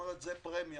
זו פרמיה